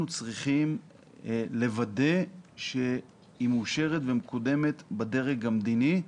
צריכים לוודא שהיא מאושרת ומקודמת בדרג המדיני.